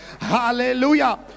hallelujah